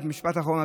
משפט אחרון,